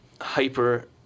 hyper